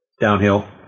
Downhill